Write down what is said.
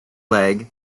leg